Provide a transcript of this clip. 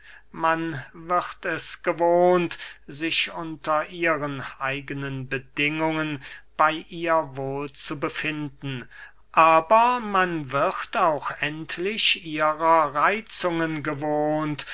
man wird es gewohnt sich unter ihren eigenen bedingungen bey ihr wohl zu befinden aber man wird auch endlich ihrer reitzungen gewohnt